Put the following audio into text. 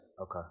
Okay